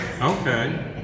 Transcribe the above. Okay